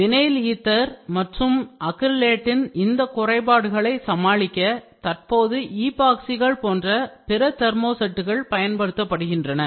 vinyl ether மற்றும் அக்ரிலேட்டின் இந்த குறைபாடுகளை சமாளிக்க தற்போது ஈபாக்சிகள் போன்ற பிற தெர்மோசெட்டுகள் பயன்படுத்தப்படுகின்றன